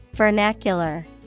Vernacular